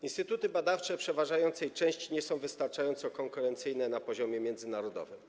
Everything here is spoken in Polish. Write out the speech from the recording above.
Instytuty badawcze w przeważającej części nie są wystarczająco konkurencyjne na poziomie międzynarodowym.